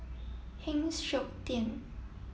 Heng Siok Tian